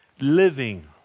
living